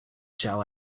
shall